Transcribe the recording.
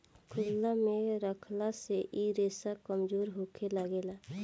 खुलला मे रखला से इ रेसा कमजोर होखे लागेला